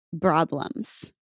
problems